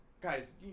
Guys